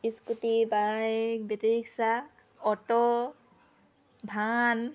scooty bike battery rickshaw auto van